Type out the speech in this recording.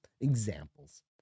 Examples